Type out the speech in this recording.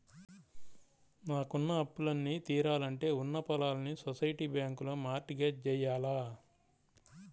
నాకున్న అప్పులన్నీ తీరాలంటే ఉన్న పొలాల్ని సొసైటీ బ్యాంకులో మార్ట్ గేజ్ జెయ్యాల